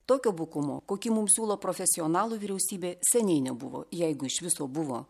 tokio bukumo kokį mums siūlo profesionalų vyriausybė seniai nebuvo jeigu iš viso buvo